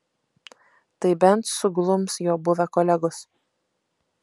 tai bent suglums jo buvę kolegos